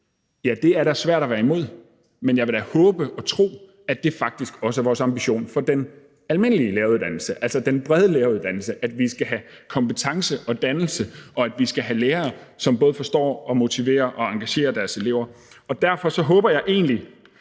er det da svært at være imod. Men jeg vil da håbe og tro, at det faktisk også er vores ambition for den almindelige læreruddannelse, altså den brede læreruddannelse, at vi skal have kompetence og dannelse, og at vi skal have lærere, som forstår både at motivere og at engagere deres elever. Derfor håber jeg egentlig